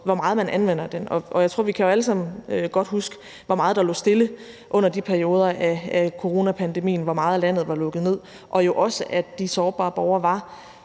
hvor meget man anvender det. Vi kan jo alle sammen godt huske, hvor meget der lå stille i de perioder af coronapandemien, og hvor meget landet var lukket ned, og jo også, at de sårbare borgere var